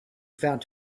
found